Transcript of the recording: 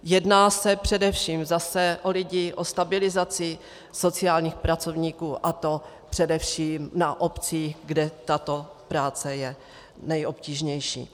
Jedná se především zase o lidi, o stabilizaci sociálních pracovníků, a to především na obcích, kde tato práce je nejobtížnější.